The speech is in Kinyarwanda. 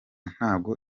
ntago